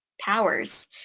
powers